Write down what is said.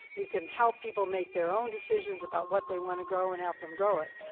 you can help people make their own decisions about what they want to grow, and help them grow it.